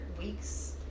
weeks